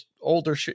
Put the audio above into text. older